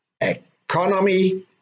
economy